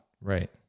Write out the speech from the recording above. Right